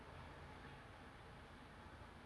!wah! that's actually very nice